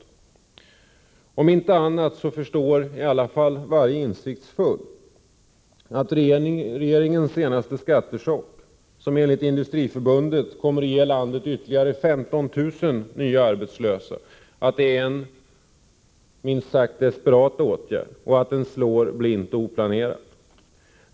Åtminstone varje insiktsfull förstår att regeringens senaste skattechock, som enligt Industriförbundet ger landet ytterligare 15 000 arbetslösa, är en minst sagt desperat åtgärd som slår blint och oplanerat.